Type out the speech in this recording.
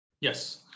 yes